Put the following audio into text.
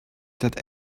that